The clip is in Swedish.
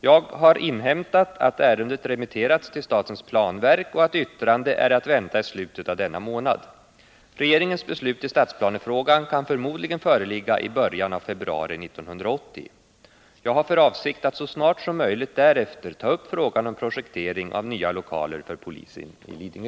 Jag har inhämtat att ärendet remitterats till statens planverk och att yttrande är att vänta i slutet av denna månad. Regeringens beslut i stadsplanefrågan kan förmodligen föreligga i början av februari 1980. Jag har för avsikt att så snart som möjligt därefter ta upp frågan om projektering av nya lokaler för polisen i Lidingö.